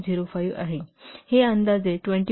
05 असेल हे अंदाजे 20